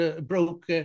broke